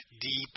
deep